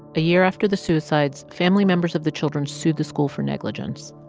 a year after the suicides, family members of the children sued the school for negligence.